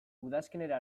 udazkenera